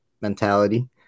mentality